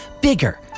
Bigger